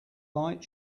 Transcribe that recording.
light